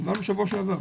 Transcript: שבוע שעבר.